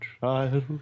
child